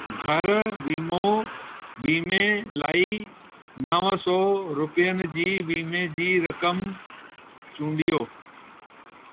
घरु वीमो वीमे लाइ नवं सौ रुपियनि जी वीमे जी रक़म चूंडियो